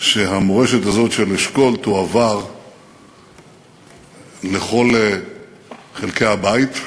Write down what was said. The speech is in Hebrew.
שהמורשת הזאת, של אשכול, תועבר לכל חלקי הבית,